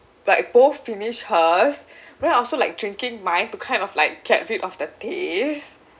like both finish hers but then also like drinking mine to kind of like get rid of the taste